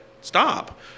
stop